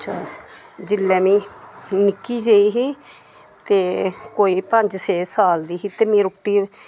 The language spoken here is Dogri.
जेल्लै में नि'क्की जेही ही ते कोई पंज छेऽ साल दी ही ते में रुट्टी